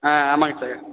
ஆ ஆமாம்ங்க சார்